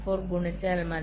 04 ഗുണിച്ചാൽ മതി